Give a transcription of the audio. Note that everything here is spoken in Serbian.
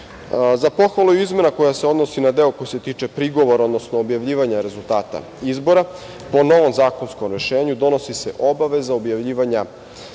pohvalu je i izmena koja se odnosi na deo koji se tiče prigovora, odnosno objavljivanja rezultata izbora. Po novom zakonskom rešenju, donosi se obaveza objavljivanja